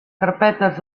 carpetes